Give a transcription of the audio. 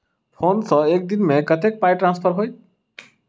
Phone सँ एक दिनमे कतेक पाई ट्रान्सफर होइत?